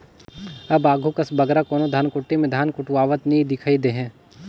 अब आघु कस बगरा कोनो धनकुट्टी में धान कुटवावत नी दिखई देहें